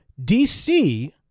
DC